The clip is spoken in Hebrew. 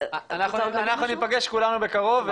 אנחנו ניפגש כולנו בקרוב,